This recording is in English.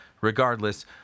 regardless